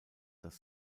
das